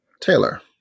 Taylor